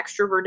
extroverted